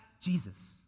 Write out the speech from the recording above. Jesus